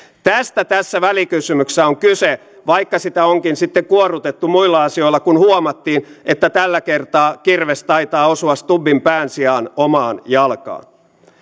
tästä tässä välikysymyksessä on kyse vaikka sitä onkin sitten kuorrutettu muilla asioilla kun huomattiin että tällä kertaa kirves taitaa osua stubbin pään sijaan omaan jalkaan